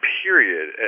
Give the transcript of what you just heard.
period